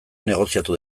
negoziatu